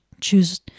choose